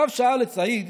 הרב שאל את סעיד